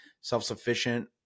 self-sufficient